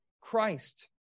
Christ